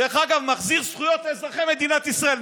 דרך אגב, זה מחזיר זכויות לאזרחי מדינת ישראל.